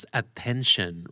attention